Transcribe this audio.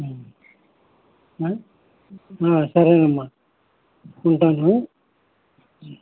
సరేనమ్మా ఉంటాను